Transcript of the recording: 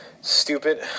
Stupid